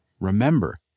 remember